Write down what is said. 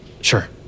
sure